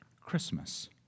Christmas